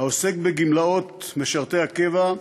העוסק בגמלאות משרתי הקבע,